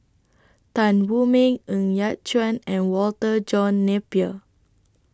Tan Wu Meng Ng Yat Chuan and Walter John Napier